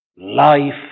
Life